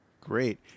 Great